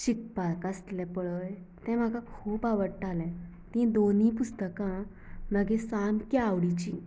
शिकपाक आसलें पळय तें म्हाका खूब आवडटालें तीं दोनय पुस्तकां म्हागे सामकीं आवडीचीं